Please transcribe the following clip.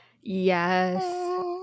yes